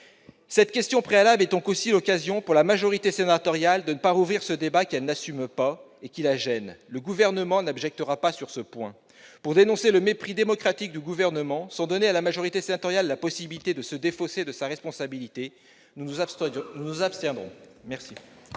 la question préalable est aussi le moyen, pour la majorité sénatoriale, de ne pas rouvrir un débat qu'elle n'assume pas et qui la gêne. Le Gouvernement ne soulèvera pas d'objection sur ce point. Pour dénoncer le mépris démocratique du Gouvernement, sans pour autant donner à la majorité sénatoriale la possibilité de se défausser de sa responsabilité, nous nous abstiendrons. La